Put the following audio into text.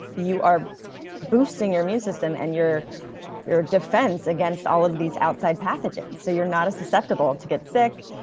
you are boosting your immune system and your your defense against all of these outside pathogens so you're not as susceptible to get sick.